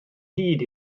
hyd